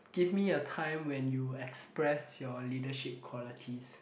give me a time when you express your leadership qualities